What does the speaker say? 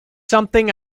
something